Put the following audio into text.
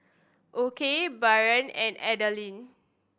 Okey Bryan and Adaline